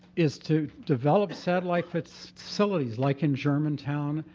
is to develop satellite facilities like in germantown,